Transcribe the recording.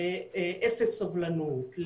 לאפס סובלנות,